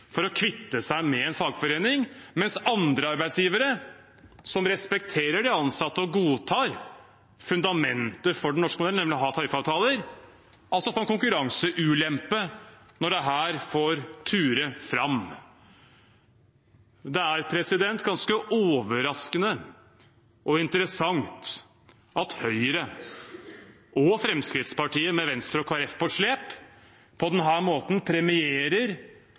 for å kvitte seg med en fagforening, mens arbeidsgivere som respekterer de ansatte og godtar fundamentet for den norske modellen, nemlig å ha tariffavtaler, får en konkurranseulempe når dette får ture fram. Det er ganske overraskende og interessant at Høyre og Fremskrittspartiet med Venstre og Kristelig Folkeparti på slep på denne måten premierer